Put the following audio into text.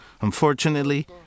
Unfortunately